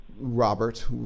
Robert